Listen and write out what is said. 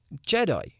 Jedi